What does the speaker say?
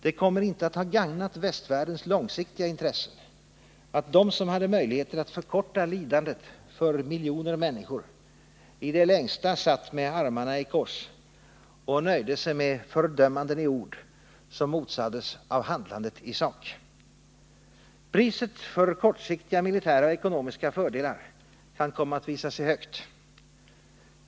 — det kommer inte att ha gagnat västvärldens långsiktiga intressen att de som hade möjligheter att förkorta lidandet för miljoner människor, i det längsta satt med armarna i kors och nöjde sig med fördömanden i ord som motsades av handlandet i sak. Priset för kortsiktiga militära och ekonomiska fördelar kan komma att visa sig högt.